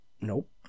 Nope